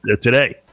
today